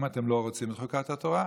אם אתם לא רוצים את חוקת התורה,